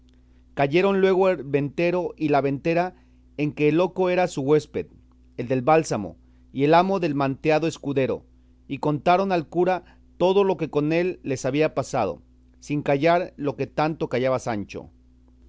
cayeron luego el ventero y la ventera en que el loco era su huésped el del bálsamo y el amo del manteado escudero y contaron al cura todo lo que con él les había pasado sin callar lo que tanto callaba sancho